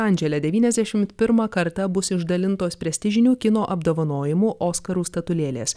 andžele devyniasdešimt pirmą kartą bus išdalintos prestižinių kino apdovanojimų oskarų statulėlės